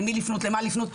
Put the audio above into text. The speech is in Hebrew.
למי לפנות, למה לפנות.